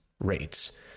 rates